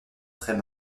très